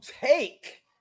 take